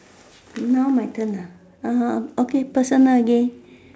now my turn ah okay personal again